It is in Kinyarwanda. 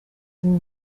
ubu